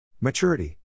Maturity